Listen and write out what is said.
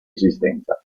esistenza